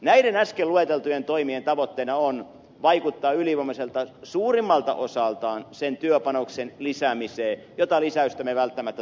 näiden äsken lueteltujen toimien tavoitteena on vaikuttaa ylivoimaiselta suurimmalta osaltaan sen työpanoksen lisäämiseen jota lisäystä me välttämättä tarvitsemme